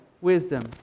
Wisdom